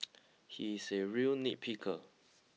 he is a real nitpicker